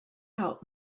out